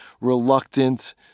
reluctant